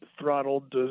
Throttled